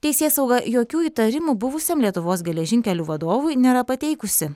teisėsauga jokių įtarimų buvusiam lietuvos geležinkelių vadovui nėra pateikusi